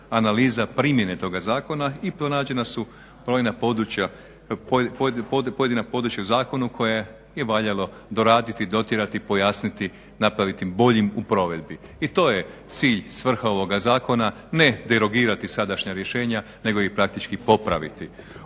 analiza primjene toga zakona i pronađena su pojedina područja u zakonu koja je valjalo doraditi, dotjerati, pojasniti, napraviti bojim u provedbi. I to je cilj, svrha ovoga zakona, ne derogirati sadašnja rješenja nego ih praktički popraviti.